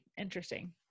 interesting